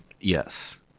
yes